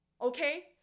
okay